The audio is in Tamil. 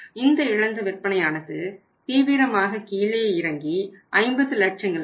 இந்த இழந்த விற்பனையானது தீவிரமாக கீழே இறங்கி 50 லட்சங்களுக்கு வரும்